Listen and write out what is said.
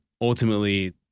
ultimately